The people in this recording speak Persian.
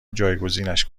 جایگزینش